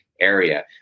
area